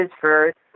first